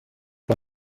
war